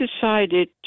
decided